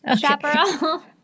chaparral